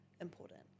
important